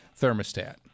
thermostat